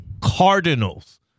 Cardinals